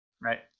right